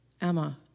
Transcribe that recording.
Emma